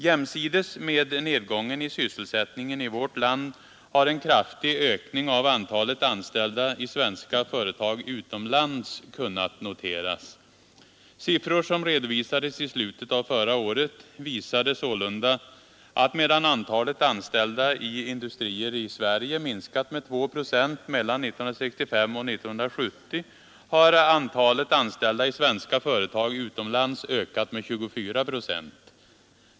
Jämsides med nedgången i sysselsättningen i vårt land har en kraftig ökning av antalet anställda i svenska företag utomlands kunnat noteras. Siffror som redovisades i slutet av förra året visade sålunda att medan antalet anställda i industrier i Sverige minskat med 2 procent mellan 1965 och 1970 har antalet anställda i svenska företag utomlands ökat med 24 procent.